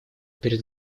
перед